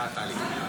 תודה, טלי.